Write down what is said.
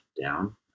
down